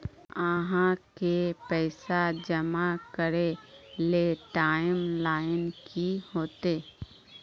आहाँ के पैसा जमा करे ले टाइम लाइन की होते?